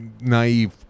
naive